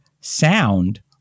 sound